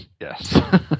yes